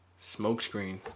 Smokescreen